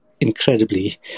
incredibly